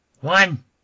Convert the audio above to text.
One